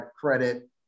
credit